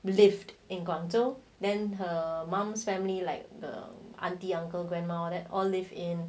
we lived in guangzhou then her mum's family like the auntie uncle grandma that all live in